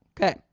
okay